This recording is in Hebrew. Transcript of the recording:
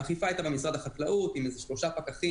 האכיפה הייתה במשרד החקלאות, עם איזה שלושה פקחים.